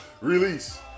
Release